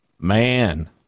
Man